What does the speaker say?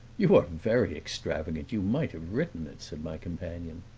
you are very extravagant you might have written it, said my companion.